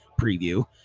preview